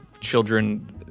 children